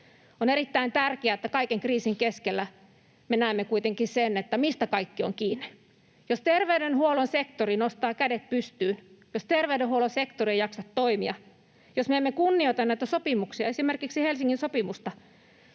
On erittäin tärkeää, että kaiken kriisin keskellä me näemme kuitenkin sen, mistä kaikki on kiinni. Jos terveydenhuollon sektori nostaa kädet pystyyn, jos terveydenhuollon sektori ei jaksa toimia, jos me emme kunnioita näitä sopimuksia, esimerkiksi Helsingin sopimusta,